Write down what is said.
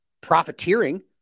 profiteering